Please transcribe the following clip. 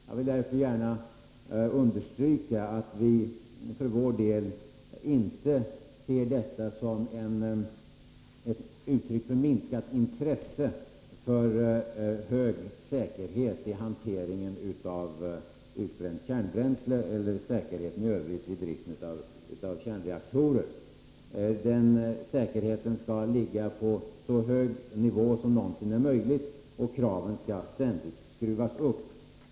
Jag vill därför gärna understryka att vi för vår del inte ser detta som ett uttryck för minskat intresse för hög säkerhet när det gäller hanteringen av utbränt kärnbränsle eller beträffande säkerheten i övrigt när det gäller driften av kärnreaktorer. Säkerheten skall ligga på så hög nivå som det någonsin är möjligt, och kraven skall ständigt skruvas upp.